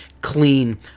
clean